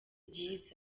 byiza